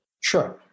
Sure